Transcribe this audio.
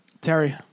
Terry